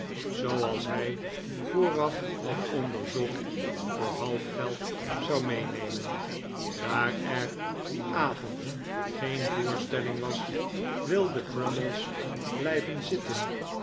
hij vooraf had onderzocht voor half geld zou meenemen daar er dien avond geen voorstelling was wilde crummies blijven zitten